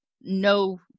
no